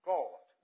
God